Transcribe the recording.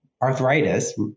arthritis